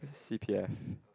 C_P_F